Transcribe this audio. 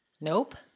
Nope